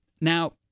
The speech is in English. Now